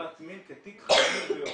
עבירת מין כתיק חשוב ביותר.